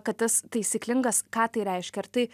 kad tas taisyklingas ką tai reiškia ar tai